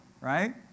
right